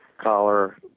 collar